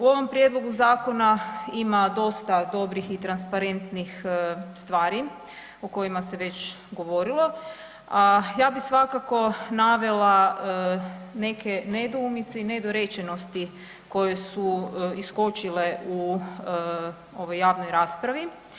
U ovom prijedlogu zakona ima dosta dobrih i transparentnih stvari o kojima se već govorilo, a ja bih svakako navela neke nedoumice i nedorečenosti koje su iskočile u ovoj javnoj raspravi.